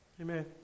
Amen